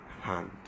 hand